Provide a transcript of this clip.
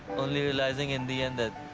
only realizing in the end that